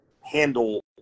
handle